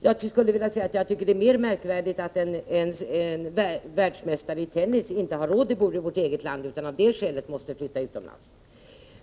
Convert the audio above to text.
Jag tycker det är mer märkvärdigt att en svensk tennisspelare i världsklass inte har råd att bo i vårt eget land utan av det skälet måste flytta utomlands.